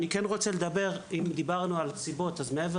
מעבר